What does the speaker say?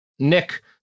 Nick